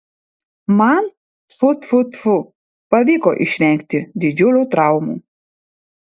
man tfu tfu tfu pavyko išvengti didžiulių traumų